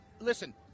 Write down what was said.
Listen